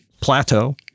plateau